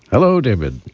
hello, david.